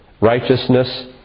Righteousness